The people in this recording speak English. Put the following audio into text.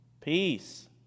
peace